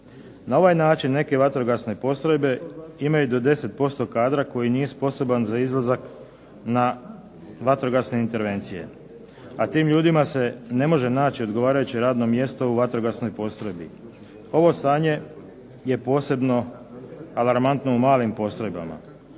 Na ovaj način neke vatrogasne postrojbe imaju do 10% kadra koji nije sposoban za izlazak na vatrogasne intervencije, a tim ljudima se ne može naći odgovarajuće radno mjesto u vatrogasnoj postrojbi. Ovo stanje je posebno alarmantno u malim postrojbama.